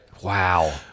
Wow